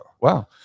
Wow